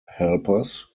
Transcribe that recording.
helpers